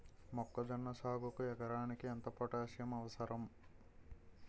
మొక్కజొన్న సాగుకు ఎకరానికి ఎంత పోటాస్సియం అవసరం?